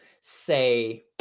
say